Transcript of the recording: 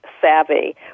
savvy